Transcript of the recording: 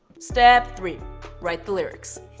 step three write the lyrics.